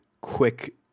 quick